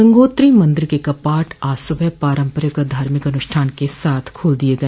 गंगोत्री मंदिर के कपाट आज सुबह पारंपरिक धार्मिक अनुष्ठान के साथ खोल दिए गए